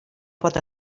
pot